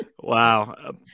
wow